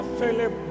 Philip